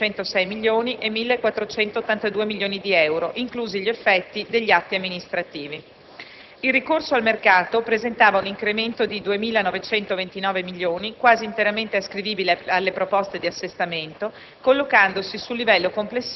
rispettivamente di 1.506 e 1.482 milioni di euro, inclusi gli effetti degli atti amministrativi. Il ricorso al mercato presentava un incremento di 2.929 milioni, quasi interamente ascrivibile alle proposte di assestamento,